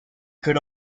could